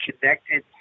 connected